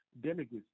delegates